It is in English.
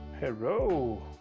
Hello